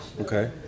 Okay